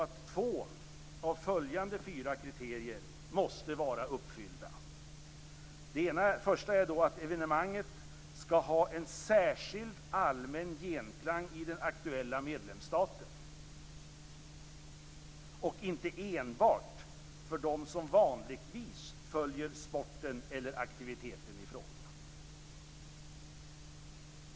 Två av följande fyra kriterier måste vara uppfyllda. · Evenemanget skall ha en särskild allmän genklang i den aktuella medlemsstaten och inte enbart för dem som vanligtvis följer sporten eller aktiviteten i fråga.